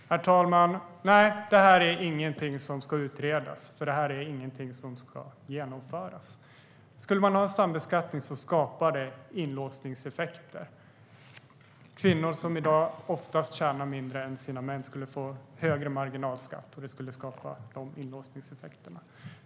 Herr talman! Nej, det här är ingenting som ska utredas, för det är ingenting som ska genomföras. Om man skulle ha en sambeskattning skulle det skapa inlåsningseffekter. Kvinnor, som i dag oftast tjänar mindre än sina män, skulle få högre marginalskatt, och det skulle skapa inlåsningseffekter.